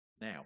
now